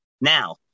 Now